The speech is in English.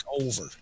over